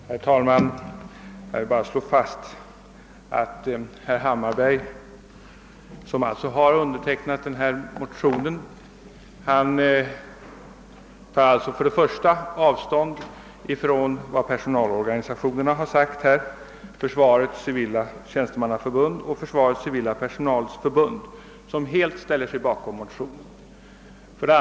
Herr talman! Jag vill bara slå fast att herr Hammarberg, som untertecknat denna motion, tar avstånd från vad personalorganisationerna har sagt här. Försvarets civila tjänstemannaförbund och Försvarets civila personals förbund ställer sig helt bakom motionen.